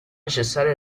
necessarie